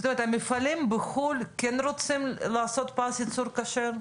זאת אומרת המפעלים בחו"ל כן רוצים לעשות פס ייצור כשר?